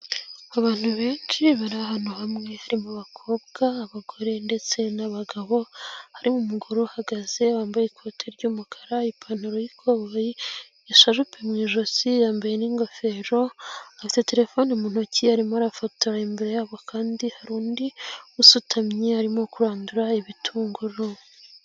Abantu benshi bari ahantu hamwe, hari abakobwa, abagore ndetse n'abagabo, harimo umugore uhagaze wambaye ikoti ry'umukara ipantaro y'ikoboyi, isharupe mu ijosi, yambaye n'ingofero, afite telefone mu ntoki arimo arafotora, imbere yabo kandi hari undi usutamye arimo kurandura ibitunguru.